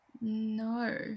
No